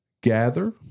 gather